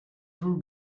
two